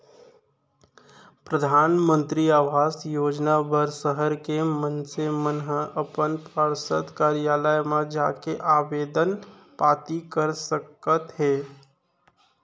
परधानमंतरी आवास योजना बर सहर के मनसे मन ह अपन पार्षद कारयालय म जाके आबेदन पाती कर सकत हे